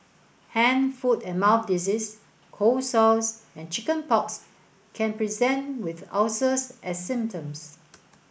hand foot and mouth disease cold sores and chicken pox can present with ulcers as symptoms